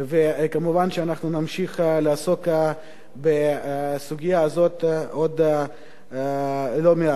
וכמובן אנחנו נמשיך לעסוק בסוגיה הזאת עוד לא מעט.